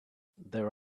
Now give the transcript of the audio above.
there